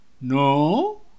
No